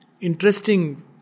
interesting